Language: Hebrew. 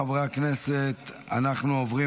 חברי הכנסת, אנחנו עוברים